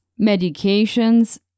medications